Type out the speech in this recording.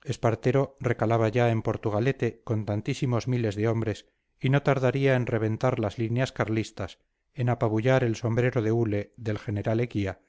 apaga espartero recalaba ya en portugalete con tantísimos miles de hombres y no tardaría en reventar las líneas carlistas en apabullar el sombrero de hule del general eguía